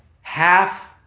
half